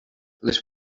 les